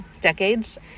decades